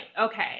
okay